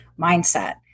mindset